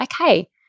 okay